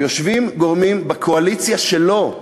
ויושבים גורמים בקואליציה שלא,